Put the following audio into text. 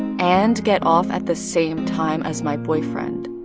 and get off at the same time as my boyfriend.